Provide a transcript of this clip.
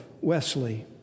Wesley